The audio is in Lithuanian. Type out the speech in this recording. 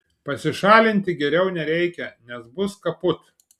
pasišalinti geriau nereikia nes bus kaput